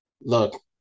look